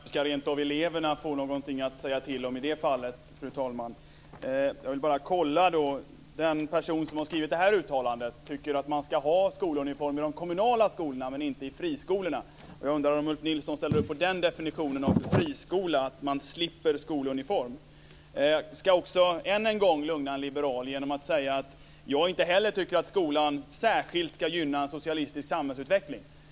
Fru talman! Ska rentav eleverna få någonting att säga till om i det fallet? Jag vill bara kolla en sak. Den person som har skrivit det här uttalandet tycker att man ska ha skoluniformer i de kommunala skolorna, men inte i friskolorna. Jag undrar om Ulf Nilsson ställer upp på den definitionen av friskola - att man slipper skoluniform. Jag ska också än en gång lugna en liberal genom att säga att jag inte heller tycker att skolan särskilt ska gynna en socialistisk samhällsutveckling.